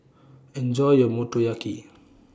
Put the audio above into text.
Enjoy your Motoyaki